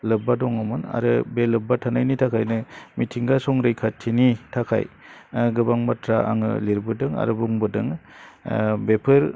लोब्बा दङमोन आरो बे लोब्बा थानायनि थाखायनो मिथिंगा संरैखाथिनि थाखाय गोबां बाथ्रा आङो लिरबोदों आरो बुंबोदों बेफोर